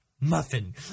Muffin